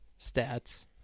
stats